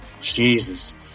Jesus